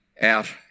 out